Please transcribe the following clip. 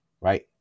Right